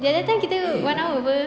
the other time kita one hour [pe]